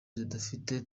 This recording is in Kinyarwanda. zidafite